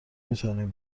میتوانیم